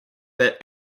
that